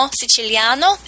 siciliano